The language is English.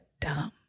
dumb